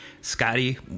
scotty